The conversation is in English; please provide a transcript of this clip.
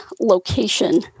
location